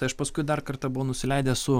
tai aš paskui dar kartą buvau nusileidęs su